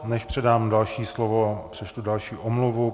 Než předám další slovo, přečtu další omluvu.